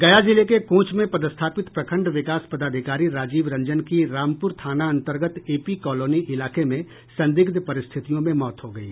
गया जिले के कोंच में पदस्थापित प्रखंड विकास पदाधिकारी राजीव रंजन की रामपुर थाना अन्तर्गत एपी कॉलोनी इलाके में संदिग्ध परिस्थितियों में मौत हो गयी